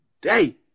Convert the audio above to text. day